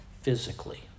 physically